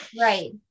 right